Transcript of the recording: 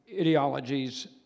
ideologies